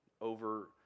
over